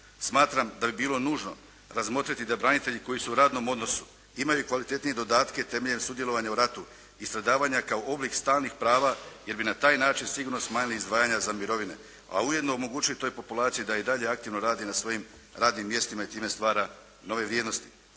Smatram da bi bilo nužno razmotriti da branitelji koji su u radnom odnosu imaju kvalitetnije dodatke temeljem sudjelovanja u ratu i stradavanja kao oblik stalnih prava jer bi na taj način sigurno smanjili izdvajanja za mirovine, a ujedno omogućili toj populaciji da i dalje aktivno radi na svojim radnim mjestima i time stvara nove vrijednosti.